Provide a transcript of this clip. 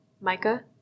Micah